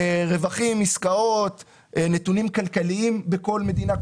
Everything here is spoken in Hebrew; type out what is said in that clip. רווחים, עסקאות, נתונים כלכליים בכל מדינה.